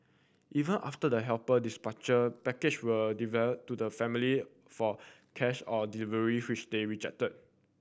even after the helper package were develop to the family for cash on delivery which they rejected